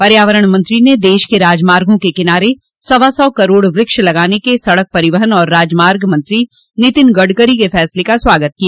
पर्यावरण मंत्री ने देश के राजमार्गो के किनारे सवा सौ करोड़ व्रक्ष लगाने के सड़क परिवहन और राजमार्ग मंत्री नितिन गडकरी के फैसले का स्वागत किया